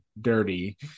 dirty